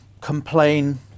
complain